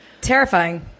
terrifying